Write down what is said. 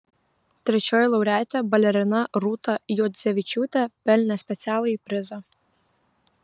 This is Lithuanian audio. trečioji laureatė balerina rūta juodzevičiūtė pelnė specialųjį prizą